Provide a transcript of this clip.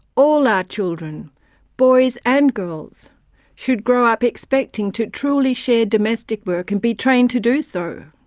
all our children boys and girls should grow up expecting to truly share domestic work, and be trained to do so.